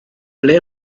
ble